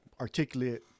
articulate